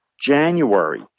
January